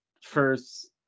first